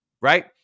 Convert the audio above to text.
right